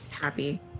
happy